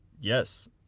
Yes